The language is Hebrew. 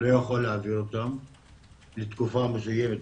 להעביר אותם לתקופה מסוימת,